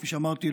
כפי שאמרתי,